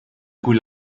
cui